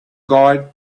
guide